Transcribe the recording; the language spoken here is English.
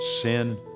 sin